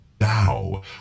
Now